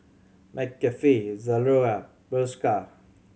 McCafe Zalora Bershka